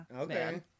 Okay